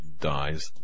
dies